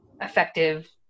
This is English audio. effective